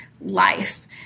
life